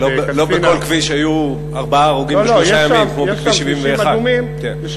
לא בכל כביש היו ארבעה הרוגים בשלושה ימים כמו בכביש 71. לא לא,